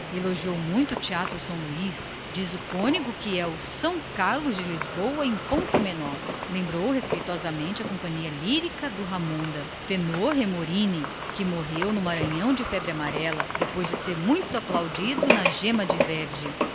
elogiou muito o teatro são luís dizia o cônego que era o são carlos de lisboa em ponto pequeno lembrou respeitosamente a companhia lírica do ramonda o remorini o tenor morrera de febre amarela depois de ser muito aplaudido na gemma de